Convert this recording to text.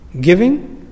giving